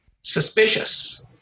Suspicious